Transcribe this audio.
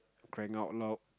crying out loud